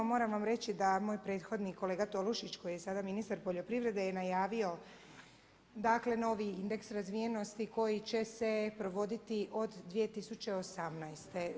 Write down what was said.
Moram vam reći da moj prethodnik kolega Tolušić koji je sada ministar poljoprivrede je najavio, dakle novi indeks razvijenosti koji će se provoditi od 2018.